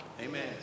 Amen